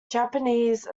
japanese